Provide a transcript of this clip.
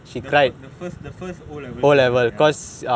the first the first O level ya